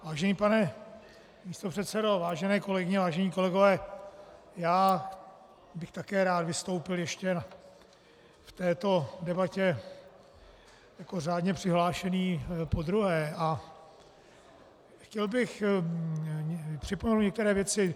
Vážený pane místopředsedo, vážené kolegyně, vážení kolegové, já bych také rád vystoupil ještě v této debatě jako řádně přihlášený podruhé a chtěl bych připomenout některé věci.